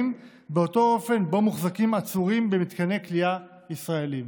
באותו האופן שבו מוחזקים העצורים במתקני כליאה ישראליים.